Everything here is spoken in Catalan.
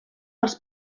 als